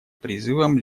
призывам